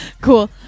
Cool